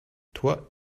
toi